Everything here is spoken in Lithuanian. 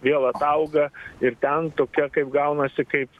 vėl atauga ir ten tokia kaip gaunasi kaip